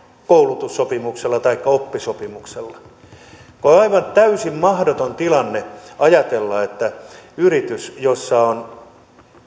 koulutussopimuksella taikka oppisopimuksella on aivan täysin mahdoton tilanne ajatella että yritys jossa on